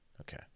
Okay